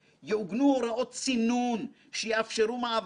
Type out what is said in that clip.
אך תוך כדי פיקוח ותקופות צינון ראויות.